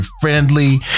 friendly